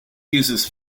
uses